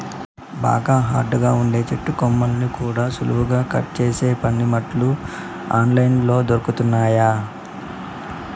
బాగా హార్డ్ గా ఉండే చెట్టు కొమ్మల్ని కూడా సులువుగా కట్ చేసే పనిముట్లు ఆన్ లైన్ లో దొరుకుతున్నయ్యి